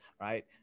right